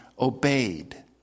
obeyed